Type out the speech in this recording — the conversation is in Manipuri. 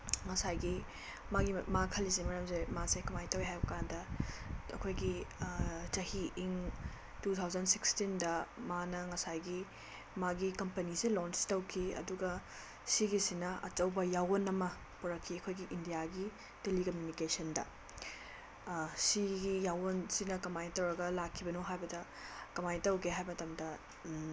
ꯉꯁꯥꯏꯒꯤ ꯃꯥ ꯈꯜꯂꯤꯁꯤ ꯃꯔꯝꯁꯦ ꯃꯥꯁꯦ ꯀꯃꯥꯏꯅ ꯇꯧꯏ ꯍꯥꯏꯕꯀꯥꯟꯗ ꯑꯩꯈꯣꯏꯒꯤ ꯆꯍꯤ ꯏꯪ ꯇꯨ ꯊꯥꯎꯖꯟ ꯁꯤꯛꯁꯇꯤꯟꯗ ꯃꯥꯅ ꯉꯁꯥꯏꯒꯤ ꯃꯥꯒꯤ ꯀꯝꯄꯅꯤꯁꯦ ꯂꯣꯟꯁ ꯇꯧꯈꯤ ꯑꯗꯨꯒ ꯁꯤꯒꯤꯁꯤꯅ ꯑꯆꯧꯕ ꯌꯥꯋꯣꯜ ꯑꯃ ꯄꯨꯔꯛꯈꯤ ꯑꯩꯈꯣꯏꯒꯤ ꯏꯟꯗꯤꯌꯥꯒꯤ ꯇꯦꯂꯤꯀꯃꯨꯅꯤꯀꯦꯁꯟꯗ ꯁꯤꯒꯤ ꯌꯥꯋꯣꯜꯁꯤꯅ ꯀꯃꯥꯏꯅ ꯇꯧꯔꯒ ꯂꯥꯛꯈꯤꯅꯣ ꯍꯥꯏꯕꯗ ꯀꯃꯥꯏ ꯇꯧꯒꯦ ꯍꯥꯏ ꯃꯇꯝꯗ